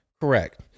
Correct